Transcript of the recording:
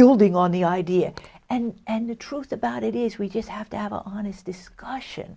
building on the idea and the truth about it is we just have to have an honest discussion